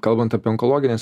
kalbant apie onkologines